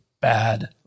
bad